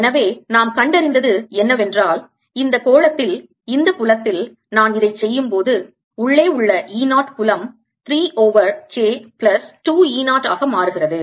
எனவே நாம் கண்டறிந்தது என்னவென்றால் இந்தக் கோளத்தில் இந்தத் புலத்தில் நான் இதைச் செய்யும்போது உள்ளே உள்ள E 0 புலம் 3 ஓவர் K பிளஸ் 2 E 0 ஆக மாறுகிறது